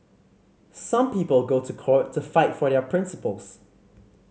some people go to court to fight for their principles